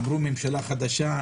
אמרו: ממשלה חדשה,